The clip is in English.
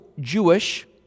Jewish